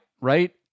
right